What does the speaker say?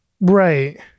Right